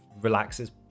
relaxes